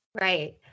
Right